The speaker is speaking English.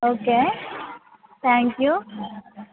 okay thank you